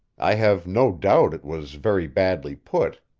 i have no doubt it was very badly put,